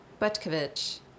Butkovich